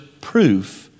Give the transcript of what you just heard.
proof